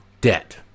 debt